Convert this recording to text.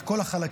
את כל החלקים.